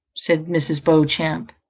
said mrs. beauchamp,